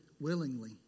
willingly